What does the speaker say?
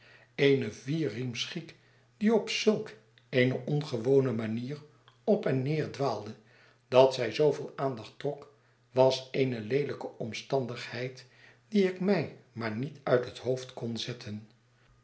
eene vierriems giek die op zulk eene ongewone manier op en neer dwaalde dat zij zooveel aandacht trok was eene leelijke omstandigheid die ik mij maar niet uit het hoofd kon zetten